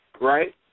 right